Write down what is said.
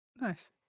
Nice